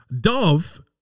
Dove